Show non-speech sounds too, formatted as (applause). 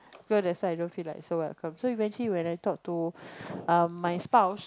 well that's why i don't feel like so welcome so eventually when I talk to (breath) um my spouse